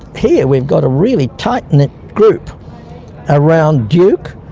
here we've got a really tight-knit group around duke,